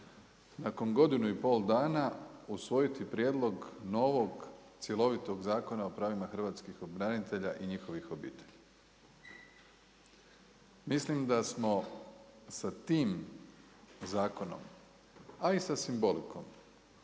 nakon godinu i pol dana usvojiti prijedlog novog cjelovitog Zakona o pravima hrvatskih branitelja i njihovih obitelji. Mislim da smo sa tim zakonom, a i sa simbolikom